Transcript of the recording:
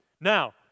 Now